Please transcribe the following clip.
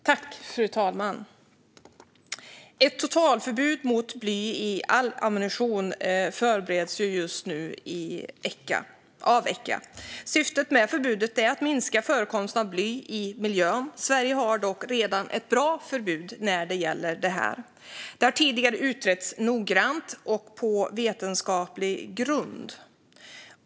Fru talman! Ett totalförbud mot bly i all ammunition förbereds just nu av Echa. Syftet med förbudet är att minska förekomsten av bly i miljön. Sverige har dock redan ett bra förbud när det gäller det här. Det har tidigare utretts noggrant och på vetenskaplig grund.